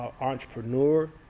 entrepreneur